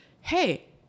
hey